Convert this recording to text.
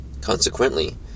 Consequently